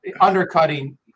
undercutting